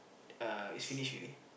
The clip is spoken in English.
uh it's finish already